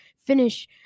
finish